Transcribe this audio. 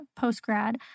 postgrad